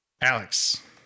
Alex